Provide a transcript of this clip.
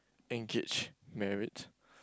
engaged married